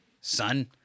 son